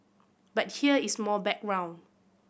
but here is more background